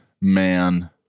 man